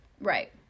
Right